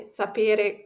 sapere